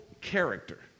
character